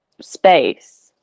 space